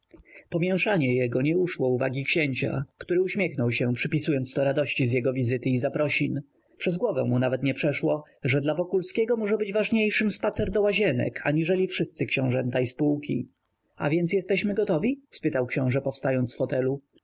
pomięszanie jego nie uszło uwagi księcia który uśmiechnął się przypisując to radości z jego wizyty i zaprosin przez głowę mu nawet nie przeszło że dla wokulskiego może być ważniejszym spacer do łazienek aniżeli wszyscy książęta i spółki a więc jesteśmy gotowi spytał książe powstając z fotelu